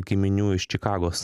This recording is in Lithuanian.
giminių iš čikagos